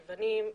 כלבנים,